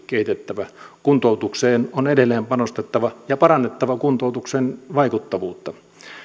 kehitettävä kuntoutukseen on edelleen panostettava ja parannettava kuntoutuksen vaikuttavuutta